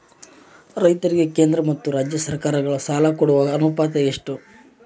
ರೈತರಿಗೆ ಕೇಂದ್ರ ಮತ್ತು ರಾಜ್ಯ ಸರಕಾರಗಳ ಸಾಲ ಕೊಡೋ ಅನುಪಾತ ಎಷ್ಟು?